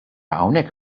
hawnhekk